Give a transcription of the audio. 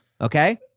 okay